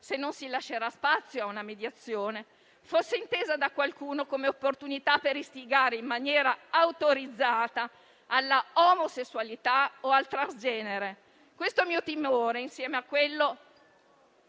se non si lascerà spazio a una mediazione, fosse inteso da qualcuno come opportunità per istigare in maniera autorizzata all'omosessualità o al transgenere. Questo mio timore, insieme a quello